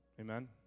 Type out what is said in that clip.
Amen